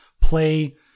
play